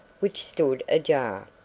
which stood ajar.